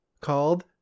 called